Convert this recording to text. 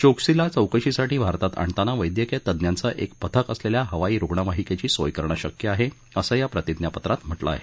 चोक्सीला चौकशीसाठी भारतात आणताना वध्कीय तज्ञांचं एक पथक असलेल्या हवाई रुग्णवाहिकेची सोय करणं शक्य आहे असं या प्रतिज्ञापत्रात म्हटलं आहे